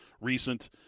recent